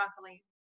broccoli